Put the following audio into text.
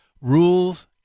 rules